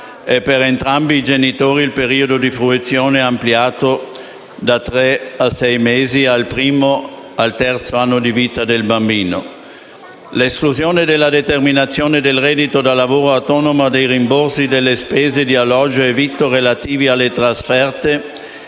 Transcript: e, per entrambi i genitori, il periodo di fruizione ampliato da tre a sei mesi e dal primo al terzo anno di vita del bambino, nonché l’esclusione dalla determinazione del reddito da lavoro autonomo dei rimborsi delle spese di alloggio e vitto relativi alle trasferte